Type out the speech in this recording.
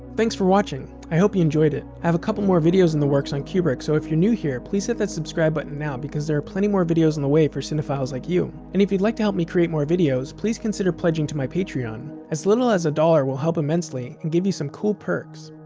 thanks for watching! i hope you enjoyed it! i have a couple more videos in the works on kubrick, so if you're new here, please hit that subscribe button now because there are plenty more videos on the way for cinephiles like you. and if you'd like to help me create more videos, please consider pledging to my patreon. as little as a dollar will help immensely and give you some cool perks.